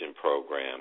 program